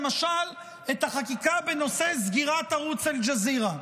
למשל את החקיקה בנושא סגירת ערוץ אל-ג'זירה,